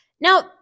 Now